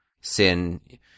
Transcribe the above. sin